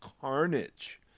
carnage